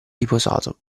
riposato